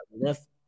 left –